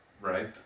right